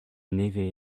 nevez